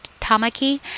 Tamaki